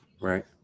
right